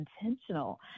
intentional